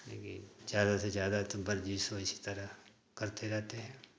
क्योंकि ज़्यादा से ज़्यादा तो बर्जीश इसी तरह करते रहते हैं